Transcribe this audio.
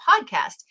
podcast